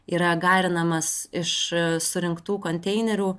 yra garinamas iš surinktų konteinerių